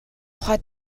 тухай